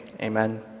amen